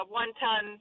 one-ton